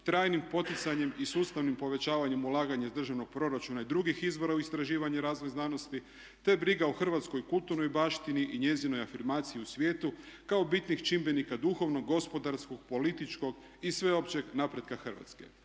trajnim poticanjem i sustavnim povećavanjem ulaganja iz državnog proračuna i drugih izvora u istraživanje i razvoj znanosti, te briga o hrvatskoj kulturnoj baštini i njezinoj afirmaciji u svijetu kao bitnih čimbenika duhovnog, gospodarskog, političkog i sveopćeg napretka Hrvatske.